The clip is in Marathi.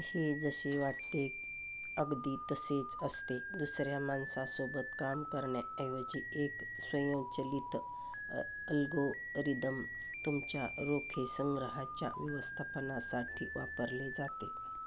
हे जसे वाटते अगदी तसेच असते दुसऱ्या माणसासोबत काम करण्याऐवजी एक स्वयंचलित अ अल्गोरिदम तुमच्या रोखे संग्रहाच्या व्यवस्थापनासाठी वापरले जाते